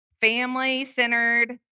family-centered